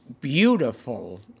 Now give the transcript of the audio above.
beautiful